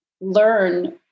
learn